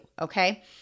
okay